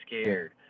scared